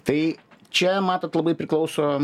tai čia matot labai priklauso